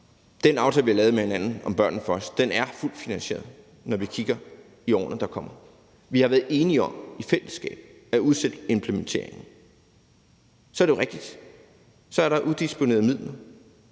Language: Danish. Den aftale, vi har lavet med hinanden, »Børnene Først«, er fuldt finansieret, når vi kigger i årene, der kommer. Vi har været enige om i fællesskab at udsætte implementeringen. Så er det jo rigtigt, at der er udisponerede midler,